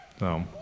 No